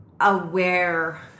aware